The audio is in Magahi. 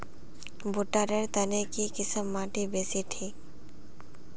भुट्टा र तने की किसम माटी बासी ठिक?